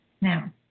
Now